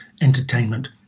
entertainment